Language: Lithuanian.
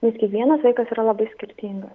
nes kiekvienas vaikas yra labai skirtingas